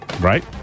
Right